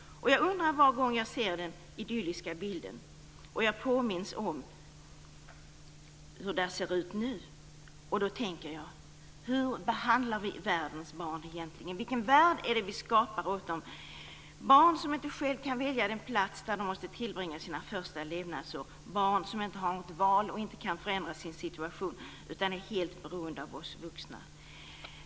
Och jag undrar var gång jag ser den idylliska bilden och påminns om hur där ser ut nu: Hur behandlar vi världens barn egentligen? Vilken värld är det som vi skapar åt dem? Barn kan inte själva välja den plats där de måste tillbringa sina första levnadsår. De har inget val och kan inte förändra sin situation, utan de är helt beroende av oss vuxna.